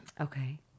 Okay